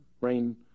Rain